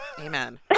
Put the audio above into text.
Amen